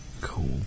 Cool